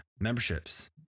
memberships